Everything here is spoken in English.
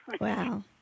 Wow